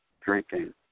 drinking